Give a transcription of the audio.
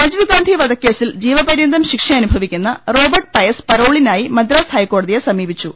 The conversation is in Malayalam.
രാജീവ് ഗാന്ധി വധക്കേസിൽ ജീവപര്യന്തം ശിക്ഷയനുഭവി ക്കുന്ന റോബർട്ട്പയസ് പരോളിനായി മദ്റാസ് ഹൈക്കോടതിയെ സമീപിച്ചു